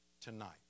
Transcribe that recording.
Tonight